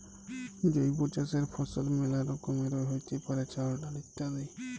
জৈব চাসের ফসল মেলা রকমেরই হ্যতে পারে, চাল, ডাল ইত্যাদি